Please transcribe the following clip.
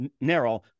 narrow